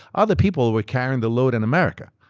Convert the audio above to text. other people were carrying the load in america.